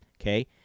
Okay